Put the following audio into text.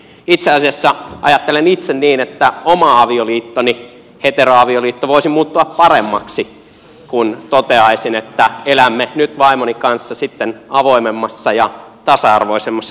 itse asiassa ajattelen itse niin että oma avioliittoni heteroavioliitto voisi muuttua paremmaksi kun toteaisin että elämme nyt vaimoni kanssa sitten avoimemmassa ja tasa arvoisemmassa suomessa